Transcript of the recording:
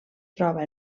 troba